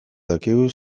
dakigu